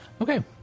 Okay